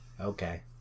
okay